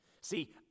See